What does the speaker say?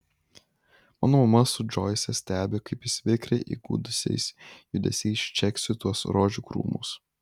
mano mama su džoise stebi kaip jis vikriai įgudusiais judesiais čeksi tuos rožių krūmus